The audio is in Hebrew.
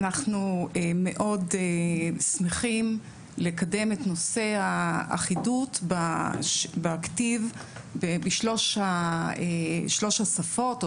אנחנו מאוד שמחים לקדם את נושא האחידות בכתיב בשלוש השפות,